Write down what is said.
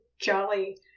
jolly